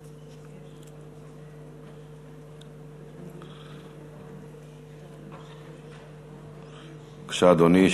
בבקשה, אדוני.